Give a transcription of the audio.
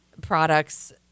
products